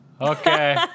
Okay